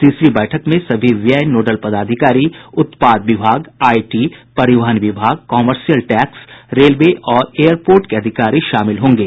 तीसरी बैठक में सभी व्यय नोडल पदाधिकारी उत्पाद विभाग आईटी परिवहन विभाग कामर्शियल टैक्स रेलवे और एयरपोर्ट के अधिकारी शामिल होंगे